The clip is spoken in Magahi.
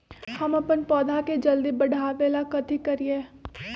हम अपन पौधा के जल्दी बाढ़आवेला कथि करिए?